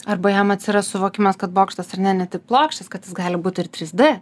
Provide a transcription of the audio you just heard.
arba jam atsiras suvokimas kad bokštas ar ne ne tik plokščias kad jis gali būt ir trys d